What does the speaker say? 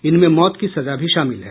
इनमें मौत की सजा भी शामिल है